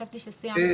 חשבתי שסיימת.